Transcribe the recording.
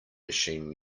machine